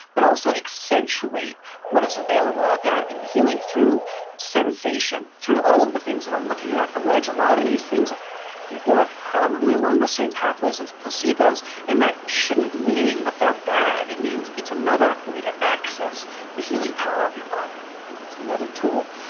but also accentuate what is available out there. the healing through sensation, through all of the things that i'm looking at at the wedge. a lot of these things work probably along the same pathways as placebos, and that shouldn't mean that they're bad. it means it's another way to access the healing power of your body it's another tool.